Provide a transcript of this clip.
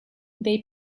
they